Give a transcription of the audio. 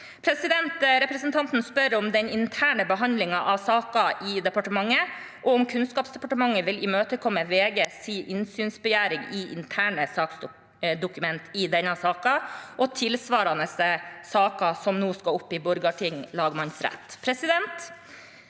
Representanten spør om den interne behandlingen av saken i departementet, og om Kunnskapsdepartementet vil imøtekomme VGs innsynsbegjæring i interne saksdokumenter i denne saken og i tilsvarende saker som nå skal opp i Borgarting lagmannsrett.